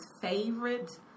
favorite